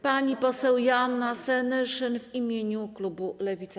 Pani poseł Joanna Senyszyn w imieniu klubu Lewica.